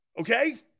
Okay